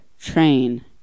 train